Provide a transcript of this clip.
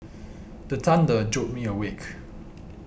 the thunder jolt me awake